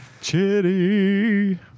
Chitty